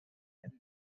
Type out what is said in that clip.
quatre